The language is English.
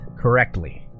correctly